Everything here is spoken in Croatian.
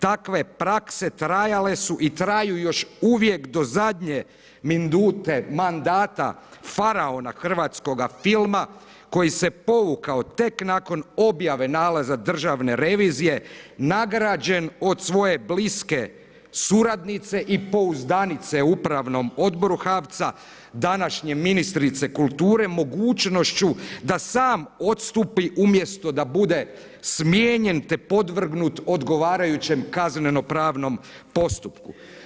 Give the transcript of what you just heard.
Takve prakse trajale su i traju još uvijek do zadnje minute mandata faraona hrvatskoga filma koji se povukao tek nakon objave nalaza državne revizije nagrađen od svoje bliske suradnice i pouzdanice u upravnom odboru HAVC-a današnje ministrice kulture mogućnošću da sam odstupi umjesto da bude smijenjen te podvrgnut odgovarajućem kazneno pravnom postupku.